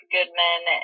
Goodman